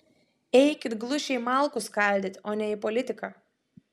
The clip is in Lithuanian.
eikit glušiai malkų skaldyt o ne į politiką